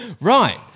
Right